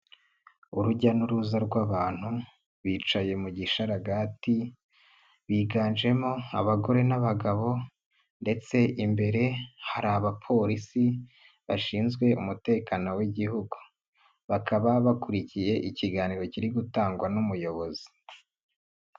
Urujya n'uruza rw'abantu, bicaye mu gisharagati, biganjemo abagore n'abagabo ndetse imbere hari Abapolisi bashinzwe umutekano w'igihugu. bakaba bakurikiye ikiganiro kiri gutangwa n'umuyobozi.